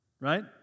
right